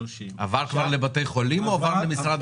עברו לבתי החולים או שלמשרד הבריאות?